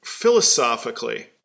philosophically